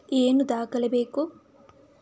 ಏನು ದಾಖಲೆ ಬೇಕು?